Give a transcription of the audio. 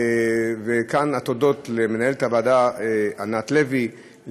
כאן התודות למנהלת הוועדה ענת לוי,